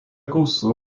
gausu